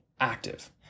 active